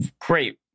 Great